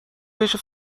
بشه